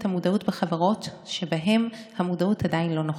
המודעות בחברות שבהן המודעות עדיין לא נוכחת: